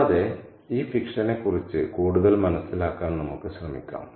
കൂടാതെ ഈ ഫിക്ഷനെക്കുറിച്ച് കൂടുതൽ മനസ്സിലാക്കാൻ നമുക്ക് ശ്രമിക്കാം